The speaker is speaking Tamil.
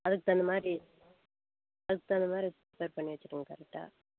அதுக்கு தகுந்தமாதிரி அதுக்கு தகுந்தமாதிரி ப்ரிப்பர் பண்ணி வைச்சிடுங்க கரெக்டாக